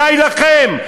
די לכם.